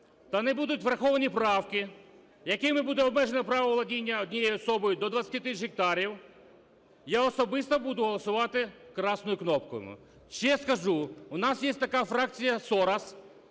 та не будуть враховані правки, якими буде обмежено право володіння однією особою до 20 тисяч гектарів, я особисто буду голосувати "красною" кнопкою. Ще скажу, у нас є така фракція "Сорос",